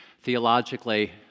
theologically